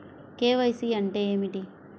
KYC అంటే ఏమిటి?